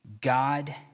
God